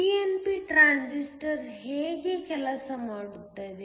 pnp transistor ಹೇಗೆ ಕೆಲಸ ಮಾಡುತ್ತದೆ